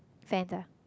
Fanta